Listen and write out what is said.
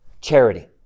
charity